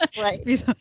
right